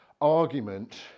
argument